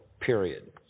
period